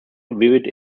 vivid